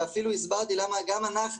ואפילו הסברתי למה אנחנו,